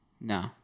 No